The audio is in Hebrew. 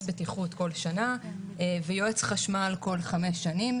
בטיחות כל שנה ויועץ חשמל כל חמש שנים.